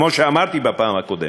כמו שאמרתי בפעם הקודמת,